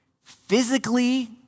physically